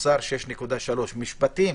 אוצר 6.3%, משפטים,